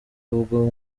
ubwo